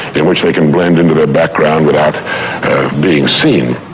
in which they can blend into the background without being seen.